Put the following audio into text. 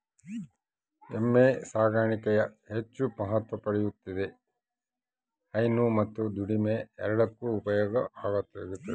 ಎಮ್ಮೆ ಸಾಕಾಣಿಕೆಯು ಹೆಚ್ಚು ಮಹತ್ವ ಪಡೆಯುತ್ತಿದೆ ಹೈನು ಮತ್ತು ದುಡಿಮೆ ಎರಡಕ್ಕೂ ಉಪಯೋಗ ಆತದವ